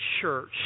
church